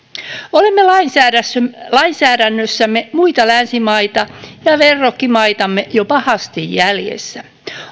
olemme lainsäädännössämme lainsäädännössämme muita länsimaita ja verrokkimaitamme jo pahasti jäljessä